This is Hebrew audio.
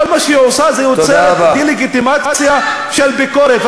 כל מה שהיא עושה זה יוצרת דה-לגיטימציה של ביקורת.